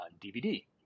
DVD